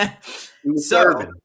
Serving